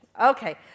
Okay